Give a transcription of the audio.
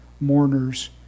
mourners